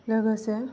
लोगोसे